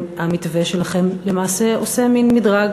במתווה שלכם למעשה עושים מין מדרג,